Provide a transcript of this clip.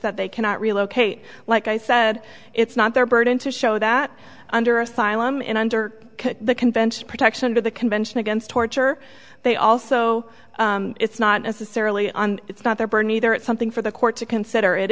that they cannot relocate like i said it's not their burden to show that under asylum in under the convention protection under the convention against torture they also it's not necessarily it's not their burden either it's something for the court to consider it